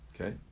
Okay